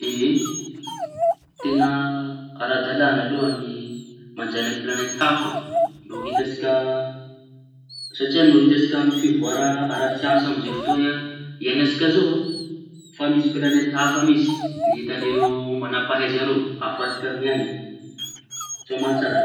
Ie, teña ara-dalaña aloha ny manjañaky planety hafa no itantsika satria no itantsika amy fivoara iaiñantsika zao fotoa iaiñantsika zao e. Efa misy plañeta hafa mihitsy ita zareo mañam-pahaiza ireo ahafaha tsika miaiña soa aman-tsara.